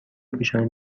پوشان